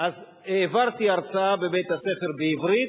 העברתי הרצאה בבית-הספר בעברית,